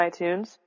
iTunes